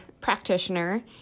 practitioner